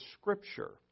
scripture